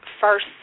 first